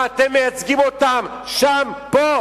מה, אתם מייצגים אותם פה?